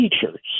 teachers